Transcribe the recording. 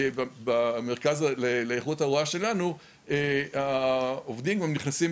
במרכז לאיכות ההוראה שלנו העובדים גם נכנסים,